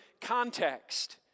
context